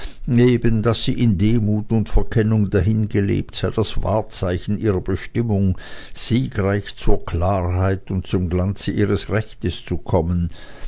eben daß sie in demut und verkennung dahingelebt sei das wahrzeichen ihrer bestimmung siegreich zur klarheit und zum glanze ihres rechtes zu kommen